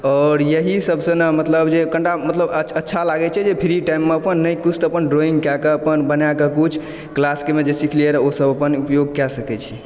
आओर यही सभसँ न मतलब जे कनिटा मतलब अच्छा लागै छै जे फ्री टाइममे अपन नहि किछु तऽ अपन ड्रॉइंगके कऽ अपन बनै कऽ किछु क्लासके मऽ जे सिखने रहियै ओसभ अपन उपयोग कय सकै छी